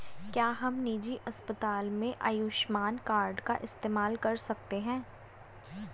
क्या हम निजी अस्पताल में आयुष्मान कार्ड का इस्तेमाल कर सकते हैं?